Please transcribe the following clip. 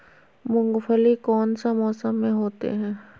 मूंगफली कौन सा मौसम में होते हैं?